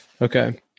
Okay